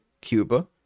Cuba